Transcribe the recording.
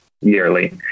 Yearly